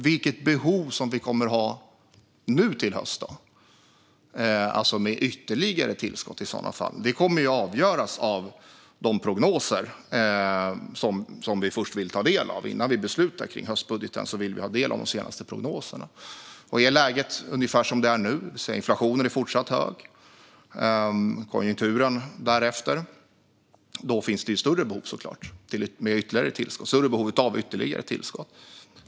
Vilket behov av ytterligare tillskott som kommer att finnas i höst kommer att avgöras av de prognoser som vi först vill ta del av innan vi beslutar om höstbudgeten. Om läget är ungefär som nu med fortsatt hög inflation och konjunkturen därefter finns det självklart större behov av ytterligare tillskott.